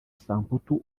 samputu